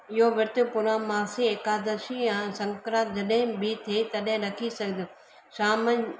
इहो विर्त पूरणनमासी एकादशी या संक्रात जॾहिं बि थे तॾहिं रखी सघो शामनि